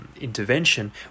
intervention